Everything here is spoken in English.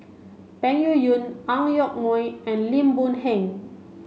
Peng Yuyun Ang Yoke Mooi and Lim Boon Heng